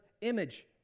image